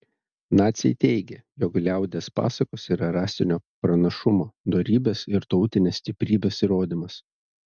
naciai teigė jog liaudies pasakos yra rasinio pranašumo dorybės ir tautinės stiprybės įrodymas